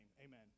amen